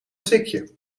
sikje